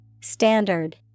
Standard